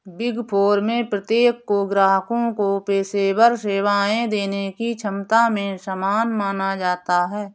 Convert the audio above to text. big four में प्रत्येक को ग्राहकों को पेशेवर सेवाएं देने की क्षमता में समान माना जाता है